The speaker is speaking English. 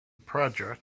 project